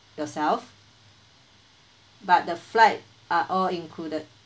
yourself but the flight are all included